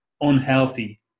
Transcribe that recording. unhealthy